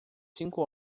cinco